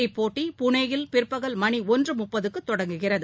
இப்போட்டி புனேயில் பிற்பகல் மணிஒன்றுமுப்பதுக்குதொடங்குகிறது